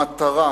המטרה